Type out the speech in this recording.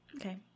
Okay